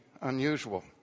unusual